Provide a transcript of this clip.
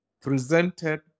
presented